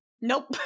Nope